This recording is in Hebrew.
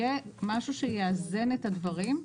יהיה משהו שיאזן את הדברים.